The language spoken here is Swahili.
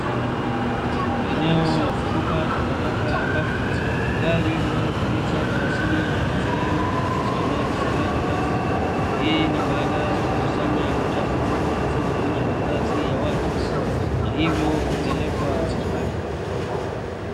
Eneo la kutupa takataka ambapo gari linalotumika kwaajili ya shughuli hiyo limesimama jalalani hapo, hii ni baada ya kukusanya uchafu huo kutoka kwenye makazi ya watu, na hivyo kupelekwa mahari hapo.